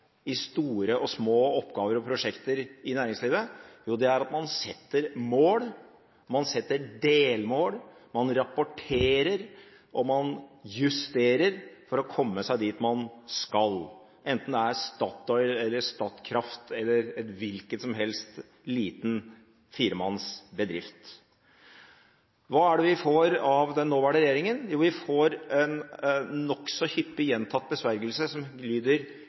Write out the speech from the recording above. i store og små oppgaver og prosjekter i næringslivet? Jo, det er at man setter opp mål, man setter opp delmål, man rapporterer, og man justerer for å komme seg dit man skal, enten det er Statoil, Statkraft eller en hvilken som helst liten firemannsbedrift. Hva er det vi får av den nåværende regjeringen? Jo, vi får en nokså hyppig gjentatt besvergelse som lyder: